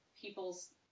people's